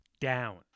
down